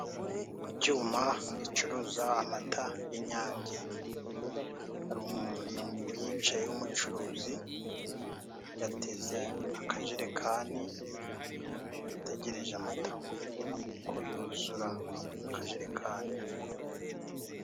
Ku cyuma gicuruza amata y'inyange hari umuntu uhicaye w'umucuruzi yateze akajerekani ategereje amata ko yuzura mu kajerekani.